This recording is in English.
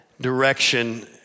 direction